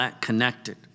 connected